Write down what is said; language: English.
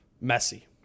messy